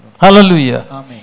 Hallelujah